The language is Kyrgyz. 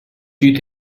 үйдө